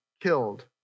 killed